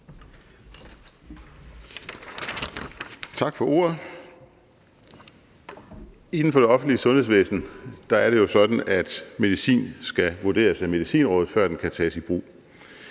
Tak for ordet. Inden for det offentlige sundhedsvæsen er det jo sådan, at medicin skal vurderes af Medicinrådet, før den kan tages i brug.